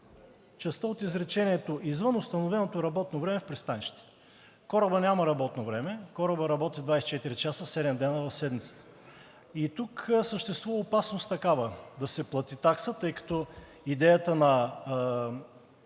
частта от изречението „извън установеното работно време в пристанището“. Корабът няма работно време, корабът работи 24 часа, 7 дни в седмицата. Тук съществува такава опасност – да се плати такса, тъй като идеята на